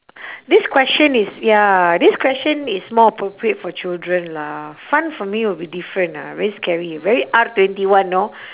this question is ya this question is more appropriate for children lah fun for me will be different ah very scary very R twenty one know